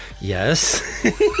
Yes